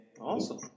Awesome